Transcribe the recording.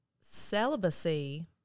celibacy